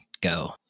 go